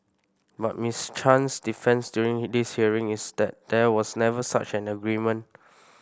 but Miss Chan's defence during this hearing is that there was never such an agreement